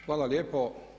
Hvala lijepo.